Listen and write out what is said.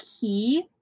key